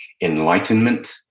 enlightenment